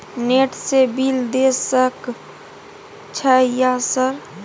Net से bill देश सक छै यह सर?